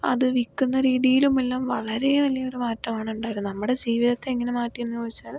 അത് വിൽക്കുന്ന രീതിയിലും എല്ലാം വളരെ വലിയൊരു മാറ്റമാണ് ഉണ്ടായത് നമ്മുടെ ജീവിതത്തെ എങ്ങനെ മാറ്റിയെന്ന് ചോദിച്ചാൽ